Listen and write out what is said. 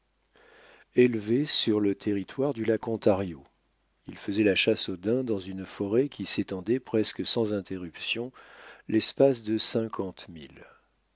élevé sur le territoire du lac ontario il faisait la chasse aux daims dans une forêt qui s'étendait presque sans interruption l'espace de